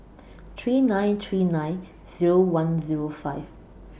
three nine three nine Zero one Zero five